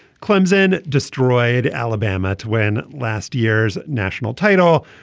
clemson destroyed alabama to win last year's national title.